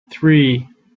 three